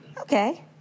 Okay